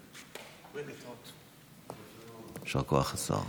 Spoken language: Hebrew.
כבוד השר,